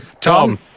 Tom